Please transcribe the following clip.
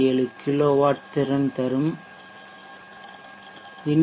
67 kilowatt திறன் தரும் திறன் கொண்டது